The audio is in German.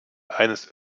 eines